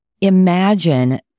Imagine